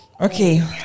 Okay